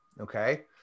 Okay